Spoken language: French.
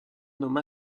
nomma